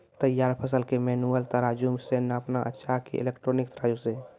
तैयार फसल के मेनुअल तराजु से नापना अच्छा कि इलेक्ट्रॉनिक तराजु से?